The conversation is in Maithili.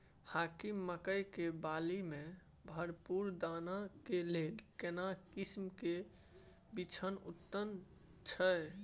हाकीम मकई के बाली में भरपूर दाना के लेल केना किस्म के बिछन उन्नत छैय?